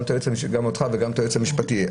גם אותך וגם את היועץ המשפטי.